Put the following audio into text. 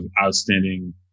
outstanding